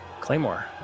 Claymore